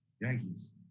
Yankees